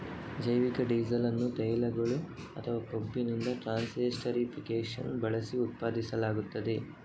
ಜೈವಿಕ ಡೀಸೆಲ್ ಅನ್ನು ತೈಲಗಳು ಅಥವಾ ಕೊಬ್ಬಿನಿಂದ ಟ್ರಾನ್ಸ್ಸೆಸ್ಟರಿಫಿಕೇಶನ್ ಬಳಸಿ ಉತ್ಪಾದಿಸಲಾಗುತ್ತದೆ